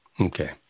Okay